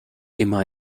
immer